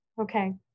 Okay